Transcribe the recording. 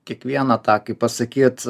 kiekvieną tą kaip pasakyt